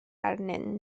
arnyn